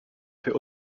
für